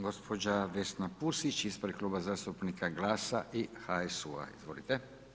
Gospođa Vesna Pusić, ispred Kluba zastupnika GLAS-a i HSU-a, izvolite.